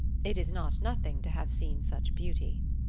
it is not nothing to have seen such beauty.